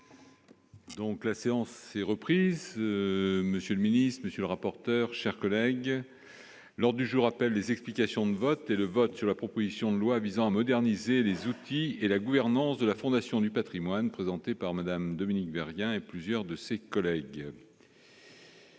Donc, la séance est reprise, monsieur le ministre, monsieur le rapporteur, chers collègues lors du jour appelle les explications de vote et le vote sur la proposition de loi visant à moderniser les outils et la gouvernance de la Fondation du Patrimoine présenté par Madame Dominique Vien rien et plusieurs de ses collègues.